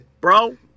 bro